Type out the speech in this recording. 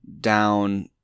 down